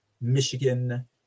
Michigan